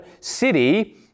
city